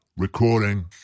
Recording